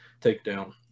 takedown